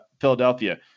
Philadelphia